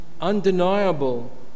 undeniable